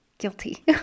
guilty